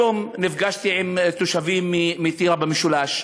היום נפגשתי עם תושבים מטירה במשולש,